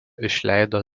išleido